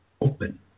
open